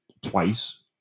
twice